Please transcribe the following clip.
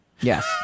yes